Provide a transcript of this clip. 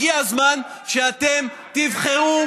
הגיע הזמן שאתם תבחרו.